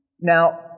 Now